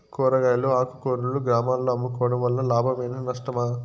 కూరగాయలు ఆకుకూరలు గ్రామాలలో అమ్ముకోవడం వలన లాభమేనా నష్టమా?